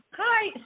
Hi